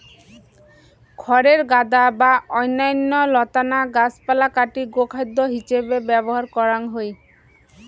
খড়ের গাদা বা অইন্যান্য লতানা গাছপালা কাটি গোখাদ্য হিছেবে ব্যবহার করাং হই